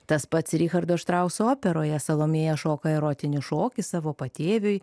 tas pats richardo štrauso operoje salomėja šoka erotinį šokį savo patėviui